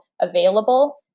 available